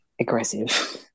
aggressive